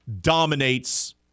dominates